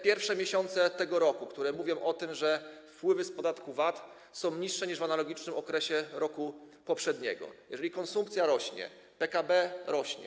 Pierwsze miesiące tego roku mówią o tym, że wpływy z podatku VAT są niższe niż w analogicznym okresie roku poprzedniego, a konsumpcja rośnie, PKB rośnie.